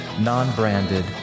non-branded